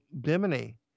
Bimini